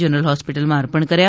general હોસ્પિટલમાં અર્પણ કર્યા